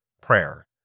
prayer